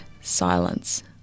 silence